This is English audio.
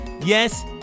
yes